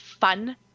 fun